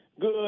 Good